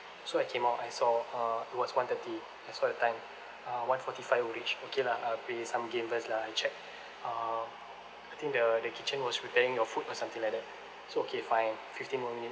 so I came out I saw uh it was one thirty I saw the time uh one forty-five will reach okay lah I play some games first lah I check uh I think the the kitchen was preparing your food or something like that so okay fine fifteen more minute